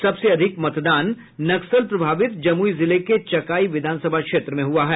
सबसे अधिक मतदान नक्सल प्रभावित जमुई जिले के चकाई विधानसभा क्षेत्र में हुआ है